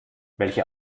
welche